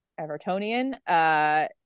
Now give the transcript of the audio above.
Evertonian